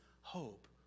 hope